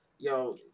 Yo